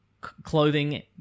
clothing